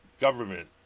government